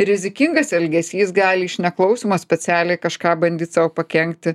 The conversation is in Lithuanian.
rizikingas elgesys gali iš neklausymo specialiai kažką bandyt sau pakenkti